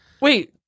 Wait